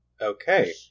Okay